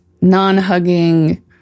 non-hugging